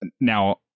now